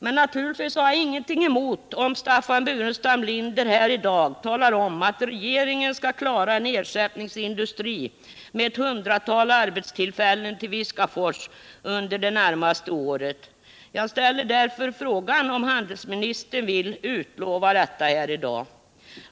Men naturligtvis har jag ingenting emot att Staffan Burenstam Linder här i dag talar om att regeringen skall klara en ersättningsindustri med ett hundratal arbetstillfällen till Viskafors under det närmaste året. Jag ställer därför frågan om handelsministern i dag vill utlova detta.